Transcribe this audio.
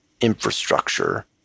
infrastructure